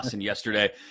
yesterday